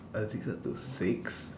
addicted to cigs